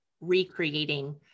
recreating